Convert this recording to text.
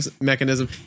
mechanism